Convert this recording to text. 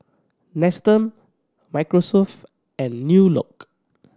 Nestum Microsoft and New Look